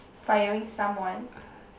firing someone